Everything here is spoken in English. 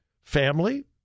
family